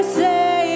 say